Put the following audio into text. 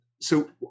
So-